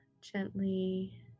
gently